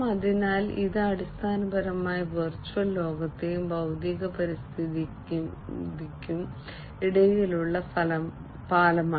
അതിനാൽ ഇത് അടിസ്ഥാനപരമായി വെർച്വൽ ലോകത്തിനും ഭൌതിക പരിതസ്ഥിതിക്കും ഇടയിലുള്ള പാലമാണ്